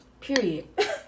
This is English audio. Period